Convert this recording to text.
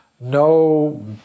No